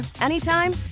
anytime